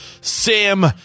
Sam